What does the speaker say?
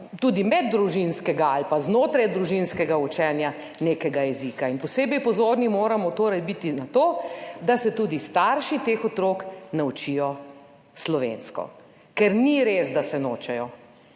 meddružinskega ali znotraj družinskega učenja nekega jezika. Posebej pozorni moramo torej biti na to, da se tudi starši teh otrok naučijo slovensko. Ker ni res, da se nočejo.